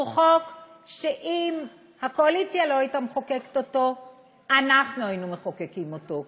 הוא חוק שאם הקואליציה לא הייתה מחוקקת אותו אנחנו היינו מחוקקים אותו.